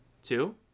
Two